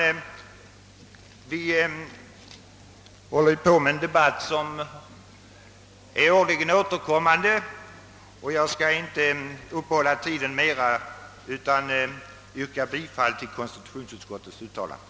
Vi håller ju på med en debatt som är årligen återkommande. Jag skall därför inte uppta kammarens tid mera, utan yrkar bifall till konstitutionsutskottets hemställan.